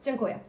Dziękuję.